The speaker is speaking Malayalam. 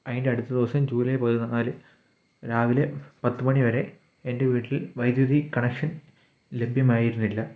അതിൻറെ അടുത്ത ദിവസം ജൂലൈ പതിനാല് രാവിലെ പത്ത് മണിവരെ എൻറെ വീട്ടിൽ വൈദ്യുതി കണക്ഷൻ ലഭ്യമായിരുന്നില്ല